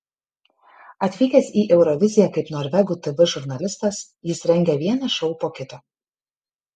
atvykęs į euroviziją kaip norvegų tv žurnalistas jis rengia vieną šou po kito